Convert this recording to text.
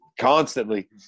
Constantly